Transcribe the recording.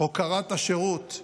הוקרת השירות,